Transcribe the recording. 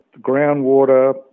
groundwater